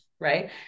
right